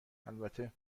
البته